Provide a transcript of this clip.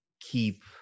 keep